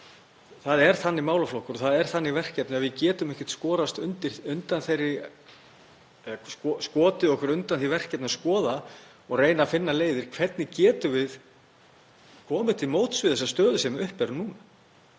Það er þannig málaflokkur og það er þannig verkefni að við getum ekkert skotið okkur undan því verkefni að reyna að finna leiðir og hvernig við getum við komið til móts við þessa stöðu sem uppi er núna.